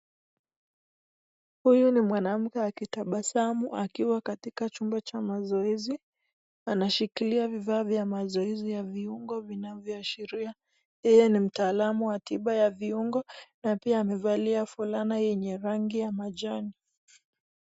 Huyu ni mwanamke akitabasamu akiwa katika chumba cha mazoezi. Anashikilia vifaa vya mazoezi ya viungo vinavyoashiria yeye ni mtaalamu wa tiba ya viungo na pia amevalia fulana yenye rangi ya majani.